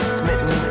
smitten